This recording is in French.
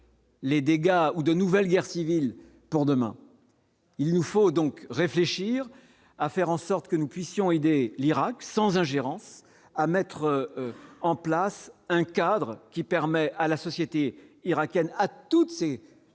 Les dégâts ou de nouvelles guerres civiles pour demain, il nous faut donc réfléchir à faire en sorte que nous puissions aider l'Irak sans ingérence à mettre en place un cadre qui permet à la société irakienne à toutes ses